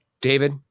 David